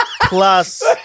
plus